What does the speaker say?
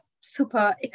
super